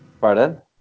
Pardon